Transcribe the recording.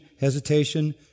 hesitation